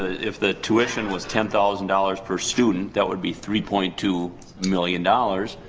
if the tuition was ten thousand dollars per student, that would be three point two million dollars.